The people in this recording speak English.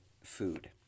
food